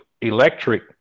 electric